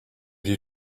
you